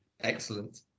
Excellent